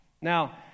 Now